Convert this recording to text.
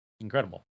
incredible